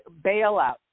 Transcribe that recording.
bailout